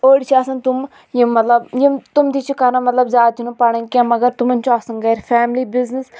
أڈۍ چھِ آسان تِم یِم مَطلَب یِم تِم تہِ چھ کَران مَطلَب زِیادٕ چھنہٕ تَم پَران کینٛہہ مَگَر تِمَن چھ آسان گَرِ فیملی بِزنِس